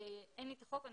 אין לי את החוק.